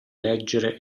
leggere